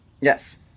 Yes